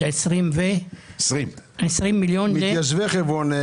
20 מיליון שקלים --- מתיישבי חברון.